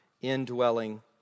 indwelling